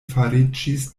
fariĝis